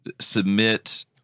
submit